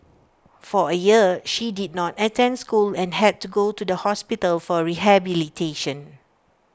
for A year she did not attend school and had to go to the hospital for rehabilitation